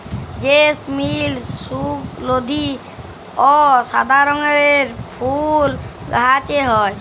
জেসমিল সুগলধি অ সাদা রঙের ফুল গাহাছে হয়